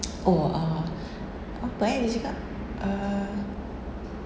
oh ah apa eh dia cakap err